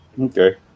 Okay